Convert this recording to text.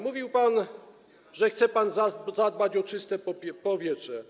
Mówił pan, że chce pan zadbać o czyste powietrze.